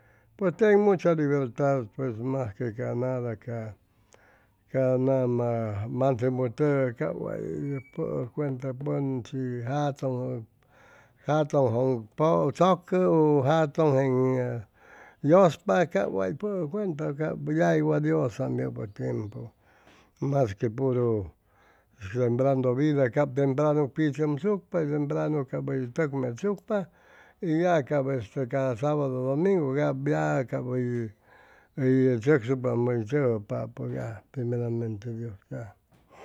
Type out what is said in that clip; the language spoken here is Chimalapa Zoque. Pues teg mucha libertad mas que nada ca nama mansebutʉgay cap way pʉʉ cuenta pʉn shi jatʉŋ jatʉnpʉ chʉcʉ jatʉn jeŋ yʉspa cap way pʉʉ cuenta cap yagui wat yʉsam yʉpʉ tiempu mas que puru sembrando vida cap tempranu pichʉmsucpa y temtranu cap hʉy tʉk mechsucpa y ya cap este sabadu domungu ya cap hʉy hʉy tzʉcsucpapʉ hʉy tzʉgʉypapʉ ya primeramente dios ya